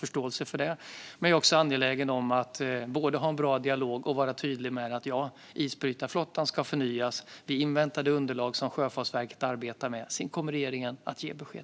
Men jag är också angelägen om att både ha en bra dialog och vara tydlig med att isbrytarflottan ska förnyas. Vi inväntar det underlag som Sjöfartsverket arbetar med. Sedan kommer regeringen att ge besked.